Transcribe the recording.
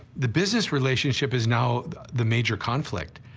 the business relationship is now the major conflict,